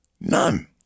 None